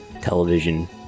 television